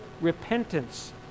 repentance